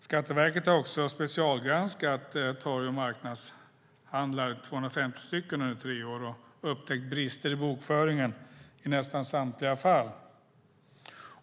Skatteverket har även specialgranskat 250 torg och marknadshandlare under tre år och upptäckt brister i bokföringen i nästan samtliga fall.